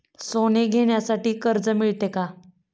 सोने घेण्यासाठी कर्ज मिळते का?